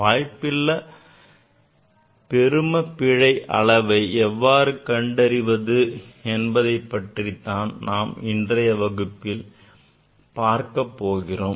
வாய்ப்புள்ள பெரும பிழை அளவை எவ்வாறு கண்டறிவது என்பது பற்றித்தான் நாம் இன்றைய வகுப்பில் பார்க்கப் போகிறோம்